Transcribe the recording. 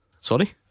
Sorry